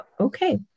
Okay